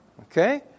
Okay